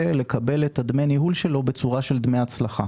לקבל את דמי הניהול שלו בצורה של דמי הצלחה.